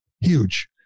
Huge